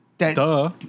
Duh